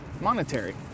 monetary